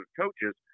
coaches